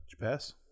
pass